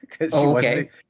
Okay